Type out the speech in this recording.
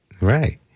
Right